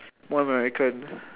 more American